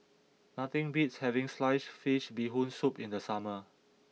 nothing beats having Sliced Fish Bee Hoon Soup in the summer